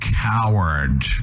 coward